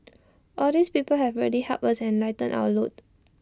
all these people have really helped us and lightened our load